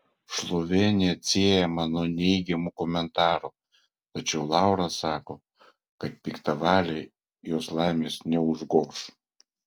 šlovė neatsiejama nuo neigiamų komentarų tačiau laura sako kad piktavaliai jos laimės neužgoš